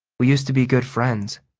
we used to be good friends.